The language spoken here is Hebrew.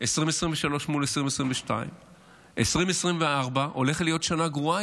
ב-2023 מול 2022. 2024 הולכת להיות שנה גרועה